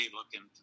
looking